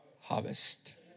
harvest